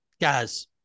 Guys